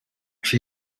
czy